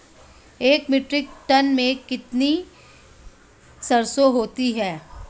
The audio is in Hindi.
एक मीट्रिक टन में कितनी सरसों होती है?